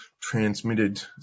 transmitted